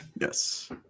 Yes